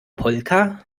polka